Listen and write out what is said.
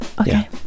Okay